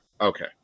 Okay